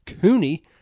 Cooney